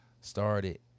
started